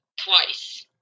twice